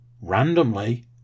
randomly